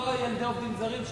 לא ילדי עובדים זרים,